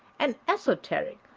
and esoteric,